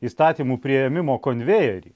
įstatymų priėmimo konvejerį